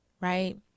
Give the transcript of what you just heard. right